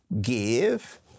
give